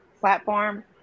platform